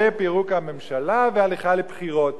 פירוק הממשלה והליכה לבחירות.